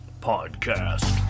podcast